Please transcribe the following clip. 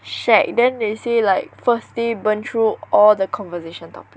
shag then they say like first day burn through all the conversation topic